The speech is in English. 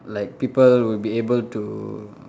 like people would be able to